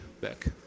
back